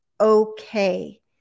okay